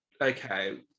Okay